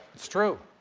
it's true.